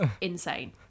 insane